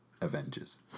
Avengers